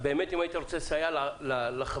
אם באמת הייתם רוצים לסייע לחברות